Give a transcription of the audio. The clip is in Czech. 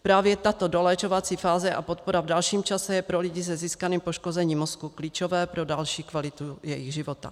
Právě tato doléčovací fáze a podpora v dalším čase jsou pro lidi se získaným poškozením mozku klíčové pro další kvalitu jejich života.